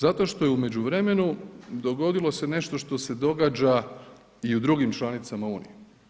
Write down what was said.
Zato što je u međuvremenu dogodilo se nešto što se događa i u drugim članicama Unije.